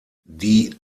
die